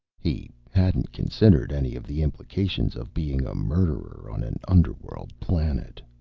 he hadn't considered any of the implications of being a murderer on an underworld planet.